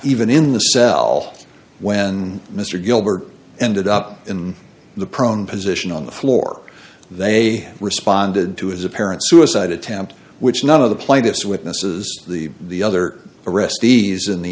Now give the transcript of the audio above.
even in the cell when mr gilbert ended up in the prone position on the floor they responded to his apparent suicide attempt which none of the plaintiff's witnesses the the other arrestees in the